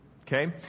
Okay